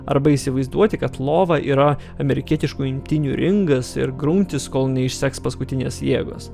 arba įsivaizduoti kad lova yra amerikietiškų imtynių ringas ir grumtis kol neišseks paskutinės jėgos